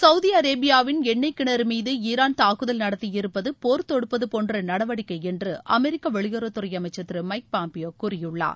Saudi அரேபியாவின் எண்ணெய் கிணறு மீது ஈரான் தாக்குதல் நடத்தியிருப்பது போர் தொடுப்பது போன்ற நடவடிக்கை என்ற அமெரிக்க வெளியுறவுத் துறை அமைச்சர் திரு மைக் பாம்பியோ கூறியுள்ளார்